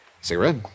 Cigarette